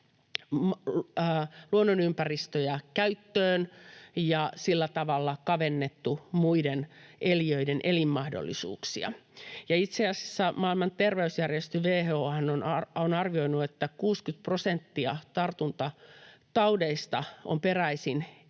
luonnonympäristöjä käyttöön ja sillä tavalla kavennettu muiden eliöiden elinmahdollisuuksia. Ja itse asiassa Maailman terveysjärjestö WHO:han on arvioinut, että 60 prosenttia tartuntataudeista on peräisin eläimiltä ja